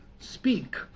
Speak